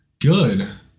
Good